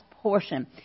portion